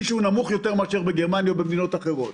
שהוא נמוך יותר מאשר בגרמניה או במדינות אחרות.